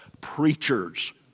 preachers